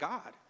God